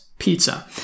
pizza